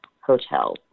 hotels